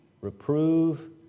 reprove